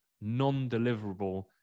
non-deliverable